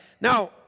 Now